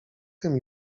cichym